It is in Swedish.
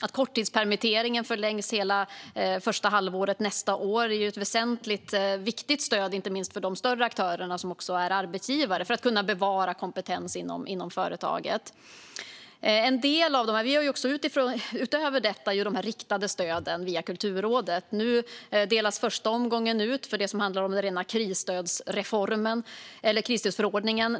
Att korttidspermitteringen förlängs till och med första halvåret nästa år är ett viktigt stöd, inte minst för de större aktörerna som också är arbetsgivare för att de ska kunna bevara kompetens inom företagen. Utöver detta ger vi de riktade stöden via Kulturrådet. Nu delas första omgången ut för det som handlar om rena krisstödsförordningen.